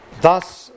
thus